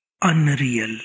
unreal